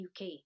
UK